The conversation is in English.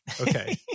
Okay